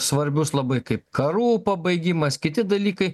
svarbius labai kaip karų pabaigimas kiti dalykai